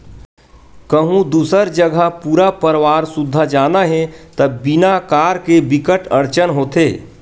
कहूँ दूसर जघा पूरा परवार सुद्धा जाना हे त बिना कार के बिकट अड़चन होथे